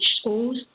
schools